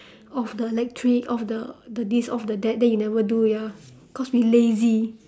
off the electric off the the this off the that then you never do ya cause we lazy